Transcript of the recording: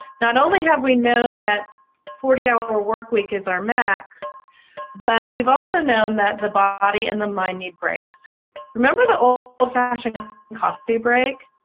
not only have we known that forty hour workweek is our max but we've also known that the body and the mind need breaks remember the old fashioned coffee break?